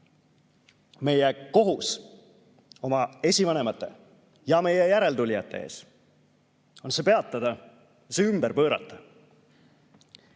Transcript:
Meie kohus oma esivanemate ja meie järeltulijate ees on see peatada, see ümber pöörata.